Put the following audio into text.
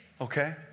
Okay